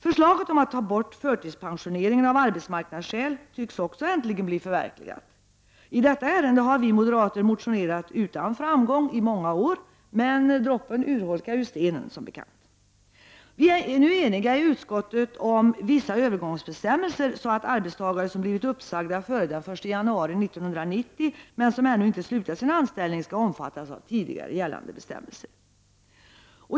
Förslaget om att ta bort förtidspensioneringen av arbetmarknadsskäl tycks också äntligen bli förverkligat. I detta ärende har vi moderater motionerat utan framgång i många år, men droppen urholkar som bekant stenen. Vi är eniga i utskottet om vissa övergångsbestämmelser, så att arbetstagare som blivit uppsagda före den 1 januari 1990 men som ännu inte slutat sin anställning skall omfattas av tidigare gällande bestämmelser.